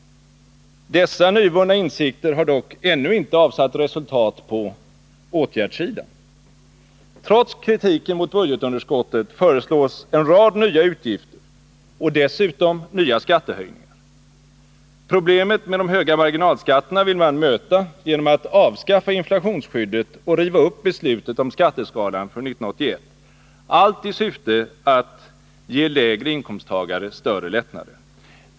Dessa nyvunna insikter har dock ännu inte avsatt resultat på åtgärdssidan. Trots kritiken mot budgetunderskottet föreslås en rad nya utgifter och dessutom nya skattehöjningar. Problemet med de höga marginalskatterna vill man möta genom att avskaffa inflationsskyddet och riva upp beslutet om skatteskalan för 1981 — allt i syfte att ge lägre inkomsttagare större lättnader.